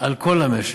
על כל המשק,